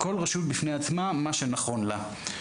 כל רשות בפני עצמה עם מה שנכון לה.